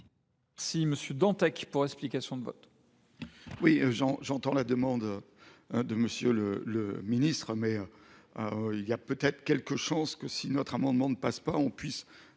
M. Ronan Dantec, pour explication de vote.